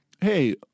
hey –